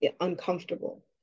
uncomfortable